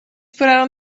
pararam